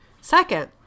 Second